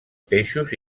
peixos